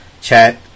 chat